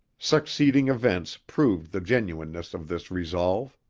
succeeding events proved the genuineness of this resolve.